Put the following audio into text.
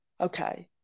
okay